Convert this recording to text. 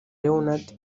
leonard